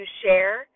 share